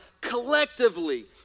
collectively